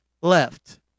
left